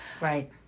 Right